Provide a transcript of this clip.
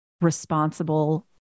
responsible